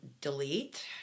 Delete